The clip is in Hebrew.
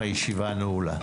הישיבה נעולה.